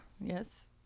yes